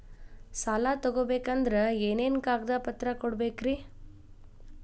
ಸಾಲ ತೊಗೋಬೇಕಂದ್ರ ಏನೇನ್ ಕಾಗದಪತ್ರ ಕೊಡಬೇಕ್ರಿ?